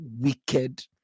wicked